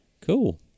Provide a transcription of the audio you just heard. Cool